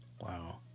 Wow